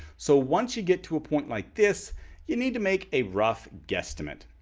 so once you get to a point like this you, need to make a rough guesstimate.